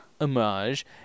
Homage